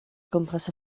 gwmpas